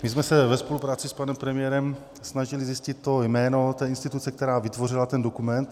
My jsme se ve spolupráci s panem premiérem snažili zjistit jméno té instituce, která vytvořila ten dokument.